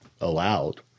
allowed